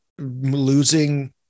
Losing